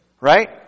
Right